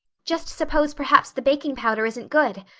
just suppose perhaps the baking powder isn't good?